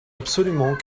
absolument